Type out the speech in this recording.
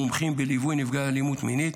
והם מומחים בליווי נפגעי אלימות מינית,